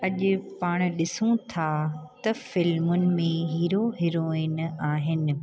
अॼु पाणि ॾिसूं था त फ़िल्मुनि में हीरो हिरोइन आहिनि